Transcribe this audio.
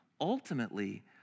Ultimately